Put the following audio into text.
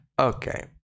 Okay